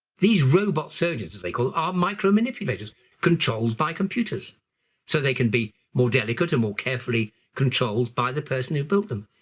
these robot surgeons, as they call them, are micro manipulators controlled by computers so they can be more delicate and more carefully controlled by the person who built them.